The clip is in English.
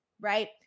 right